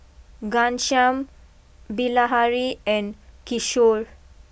Ghanshyam Bilahari and Kishore